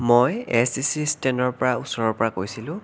মই S C C ষ্টেণ্ডৰ পৰা ওচৰৰ পৰা কৈছিলোঁ